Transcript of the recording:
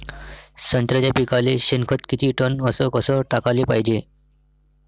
संत्र्याच्या पिकाले शेनखत किती टन अस कस टाकाले पायजे?